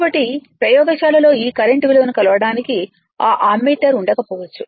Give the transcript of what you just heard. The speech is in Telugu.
కాబట్టి ప్రయోగశాలలో ఈ కరెంట్ విలువను కొలవడానికి ఆ అమ్మీటర్ ఉండకపోవచ్చు